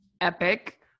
epic